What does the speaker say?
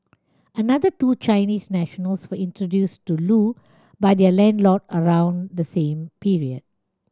another two Chinese nationals were introduced to Loo by their landlord around the same period